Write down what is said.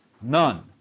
none